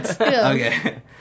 Okay